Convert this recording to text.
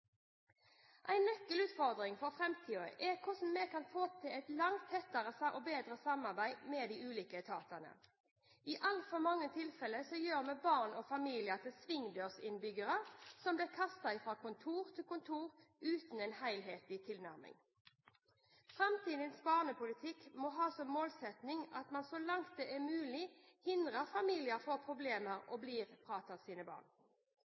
En nøkkelutfordring for framtiden er hvordan vi kan få til et langt tettere og bedre samarbeid med de ulike etatene. I altfor mange tilfeller gjør vi barn og familier til svingdørsinnbyggere, som blir kastet fra kontor til kontor uten en helhetlig tilnærming. Framtidens barnepolitikk må ha som målsetting at man så langt det er mulig, forhindrer at familier får problemer